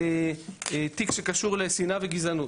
תיק שקשור לשנאה וגזענות.